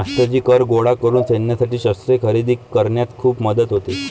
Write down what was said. मास्टरजी कर गोळा करून सैन्यासाठी शस्त्रे खरेदी करण्यात खूप मदत होते